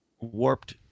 warped